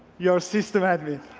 your system admin.